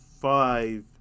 five